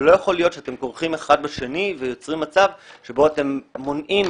אבל לא יכול להיות שאתם כורכים אחד בשני ויוצרים מצב שבו אתם מונעים